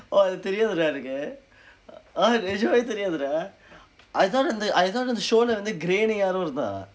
oh அது தெரியாது:athu theriyaathu dah எனக்கு:enakku ah நிஜமா தெரியாது:nijamaa theriyaathu dah I thought அந்த:andtha I thought அந்த:andtha show இல்ல:illa grey னு யாரோ இருந்தா:nu yaaro irundthaa